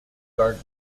garden